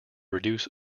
reduce